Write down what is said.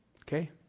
Okay